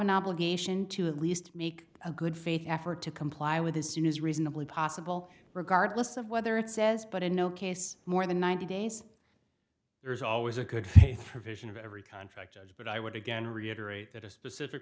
an obligation to at least make a good faith effort to comply with this you know is reasonably possible regardless of whether it says but in no case more than ninety days there is always a good faith provision of every contract jobs but i would again reiterate that a specific